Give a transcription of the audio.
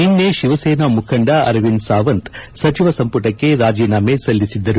ನಿನ್ನೆ ಶಿವಸೇನಾ ಮುಖಂಡ ಅರವಿಂದ್ ಸಾವಂತ್ ಅವರು ಸಚಿವ ಸಂಪುಟಕ್ಕೆ ರಾಜೀನಾಮೆ ಸಲ್ಲಿಸಿದ್ದರು